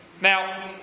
Now